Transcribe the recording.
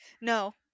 No